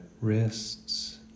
wrists